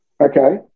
Okay